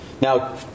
Now